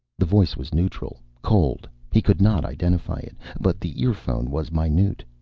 the voice was neutral. cold. he could not identify it. but the earphone was minute.